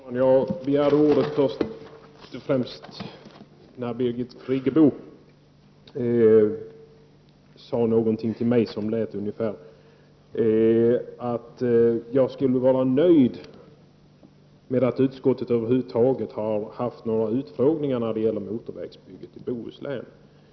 Herr talman! Jag begärde ordet först och främst när Birgit Friggebo sade någonting till mig som lät ungefär som att jag skulle vara nöjd med att utskot tet över huvud taget har haft några utfrågningar om motorvägsbygget i Bohuslän.